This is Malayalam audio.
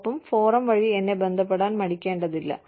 ഒപ്പം ഫോറം വഴി എന്നെ ബന്ധപ്പെടാൻ മടിക്കേണ്ടതില്ല